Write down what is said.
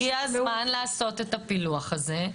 הגיע הזמן לעשות את הפילוח הזה,